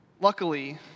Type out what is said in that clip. Luckily